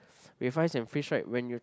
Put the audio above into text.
with ice and freeze right when you